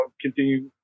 continue